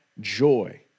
joy